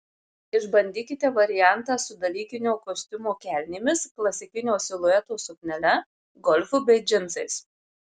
išbandykite variantą su dalykinio kostiumo kelnėmis klasikinio silueto suknele golfu bei džinsais